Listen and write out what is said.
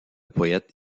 poète